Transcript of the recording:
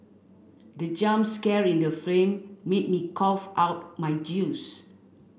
the jump scare in the film made me cough out my juice